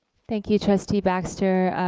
thank you trustee baxter.